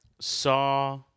saw